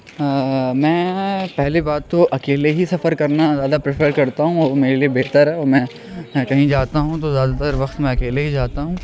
میں پہلی بات تو اکیلے ہی سفر کرنا زیادہ پریفر کرتا ہوں اور میرے لیے بہتر ہے اور میں کہیں جاتا ہوں تو زیادہ تر وقت میں اکیلے ہی جاتا ہوں